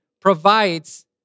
provides